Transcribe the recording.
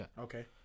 Okay